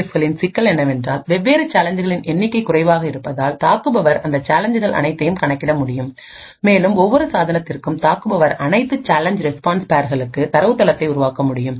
எஃப்களின் சிக்கல் என்னவென்றால் வெவ்வேறு சேலஞ்ச்களின் எண்ணிக்கை குறைவாக இருப்பதால் தாக்குபவர் இந்த சேலஞ்ச்கள் அனைத்தையும் கணக்கிட முடியும் மேலும் ஒவ்வொரு சாதனத்திற்கும் தாக்குபவர் அனைத்து சேலஞ்ச் ரெஸ்பான்ஸ் பேர்ஸ்களுக்குதரவுத்தளத்தையும் உருவாக்க முடியும்